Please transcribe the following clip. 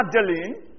Magdalene